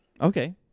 Okay